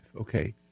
Okay